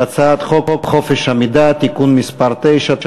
הצעת חוק חופש המידע (תיקון מס' 9),